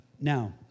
Now